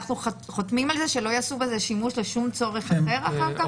חותמים על זה שלא יעשו בזה שימוש לשום צורך אחר אחר כך?